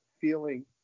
feeling